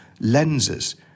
lenses